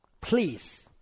please